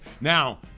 Now